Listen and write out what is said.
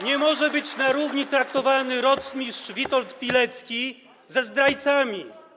Nie może być na równi traktowany rotmistrz Witold Pilecki ze zdrajcami.